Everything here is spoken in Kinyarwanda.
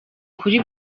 kuri